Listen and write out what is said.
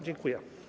Dziękuję.